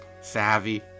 savvy